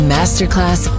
Masterclass